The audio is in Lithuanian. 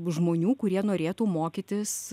žmonių kurie norėtų mokytis